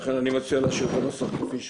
לכן אני מציע להשאיר את הנוסח כפי שהוא.